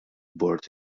bord